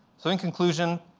so in conclusion,